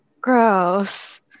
gross